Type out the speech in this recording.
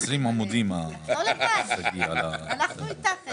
כשמגיעים לאותה נקודת